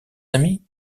amis